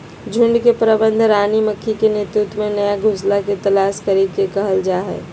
झुंड के प्रबंधन रानी मक्खी के नेतृत्व में नया घोंसला के तलाश करे के कहल जा हई